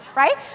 right